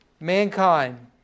mankind